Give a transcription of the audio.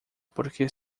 porque